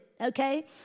Okay